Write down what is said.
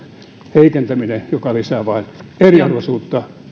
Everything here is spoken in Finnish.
heikentäminen joka lisää vain eriarvoisuutta